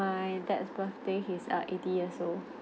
~y dad's birthday he's err eighty years old